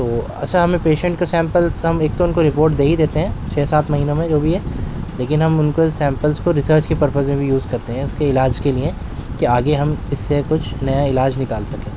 تو اچھا ہمیں پیشنٹ کا سیمپلس ایک تو ہم ان کو رپورٹ دے ہی دیتے ہیں چھ سات مہینوں میں جو بھی ہے لیکن ہم ان کو سیمپلس کو ریسرچ کے پرپز میں بھی یوز کرتے ہیں اس کے علاج کے لئے کہ آگے ہم جس سے کچھ نیا علاج نکال سکیں